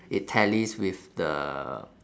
it tallies with the